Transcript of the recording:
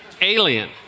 Alien